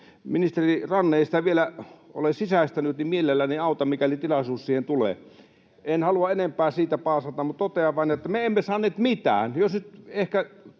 ministeri Ranne ei sitä vielä ole sisäistänyt, niin mielelläni autan, mikäli tilaisuus siihen tulee. En halua enempää siitä paasata, mutta totean vain, että me emme saaneet mitään. Jos nyt oikein